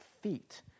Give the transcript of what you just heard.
feet